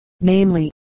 namely